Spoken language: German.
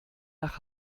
nach